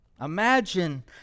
Imagine